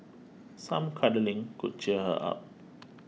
some cuddling could cheer her up